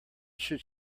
should